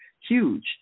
huge